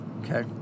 Okay